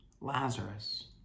Lazarus